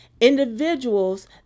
individuals